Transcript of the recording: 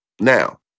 Now